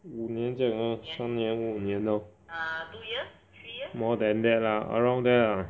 五年这样 lor 三年五年 lor more than that lah around there ah